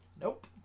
Nope